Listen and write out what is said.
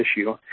issue